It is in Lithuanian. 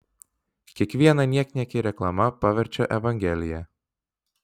kiekvieną niekniekį reklama paverčia evangelija